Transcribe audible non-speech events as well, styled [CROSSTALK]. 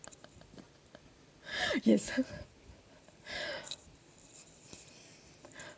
[LAUGHS] [BREATH] yes [LAUGHS] [BREATH]